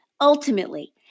Ultimately